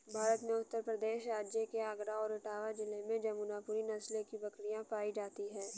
भारत में उत्तर प्रदेश राज्य के आगरा और इटावा जिले में जमुनापुरी नस्ल की बकरी पाई जाती है